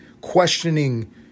questioning